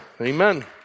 amen